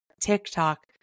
TikTok